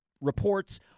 reports